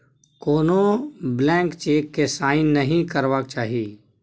कोनो blank cheque केँ sign नहि करबाक चाही